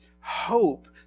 hope